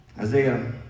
Isaiah